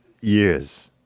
years